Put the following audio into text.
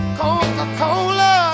coca-cola